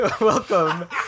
Welcome